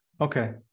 Okay